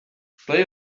play